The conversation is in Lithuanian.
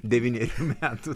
devynerių metų